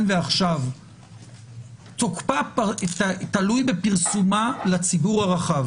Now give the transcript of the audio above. והלאה תוקפה תלוי בפרסומה לציבור הרחב